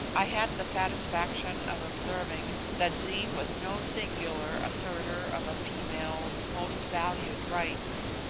i had the satisfaction of observing that zee was no singular assertor of a female's most valued rights.